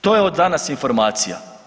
To je od danas informacija.